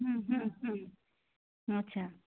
আচ্ছা